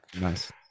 Nice